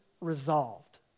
resolved